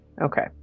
Okay